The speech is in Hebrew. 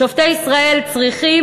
שופטי ישראל צריכים,